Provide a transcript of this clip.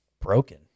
broken